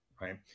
right